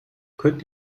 könnt